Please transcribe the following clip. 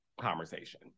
conversation